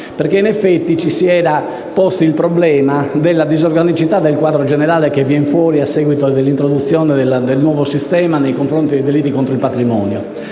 in cui ci si era posti il problema della disorganicità del quadro generale, che emerge a seguito dell'introduzione del nuovo sistema, nei confronti dei delitti contro il patrimonio.